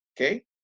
okay